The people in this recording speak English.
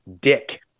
Dick